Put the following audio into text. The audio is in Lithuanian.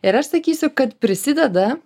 ir aš sakysiu kad prisideda